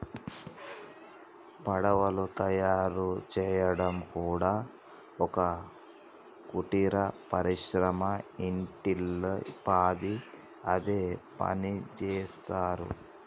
పడవలు తయారు చేయడం కూడా ఒక కుటీర పరిశ్రమ ఇంటిల్లి పాది అదే పనిచేస్తరు